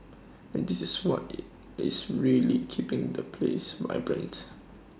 and this is what is is really keeping the place vibrant